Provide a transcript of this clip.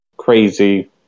crazy